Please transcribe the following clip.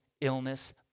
illness